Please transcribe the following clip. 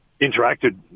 interacted